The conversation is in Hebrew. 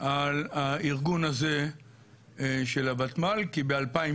על הארגון הזה של הוותמ"ל כי ב-2017